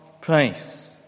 place